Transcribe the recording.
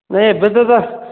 ନାଇଁ ଏବେ ତ